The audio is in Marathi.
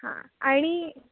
हां आणि